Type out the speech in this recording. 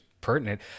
pertinent